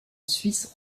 suisse